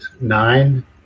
nine